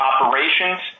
operations